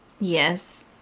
Yes